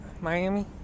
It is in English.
Miami